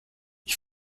ich